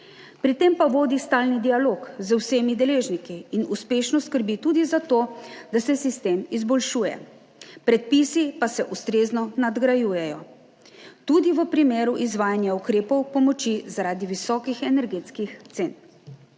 Pri tem pa vodi stalni dialog z vsemi deležniki in uspešno skrbi tudi za to, da se sistem izboljšuje. Predpisi pa se ustrezno nadgrajujejo, tudi v primeru izvajanja ukrepov pomoči zaradi visokih energetskih cen.